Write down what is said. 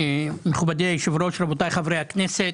מכובדי היושב-ראש, רבותיי חברי הכנסת.